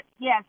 yes